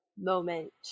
moment